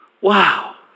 Wow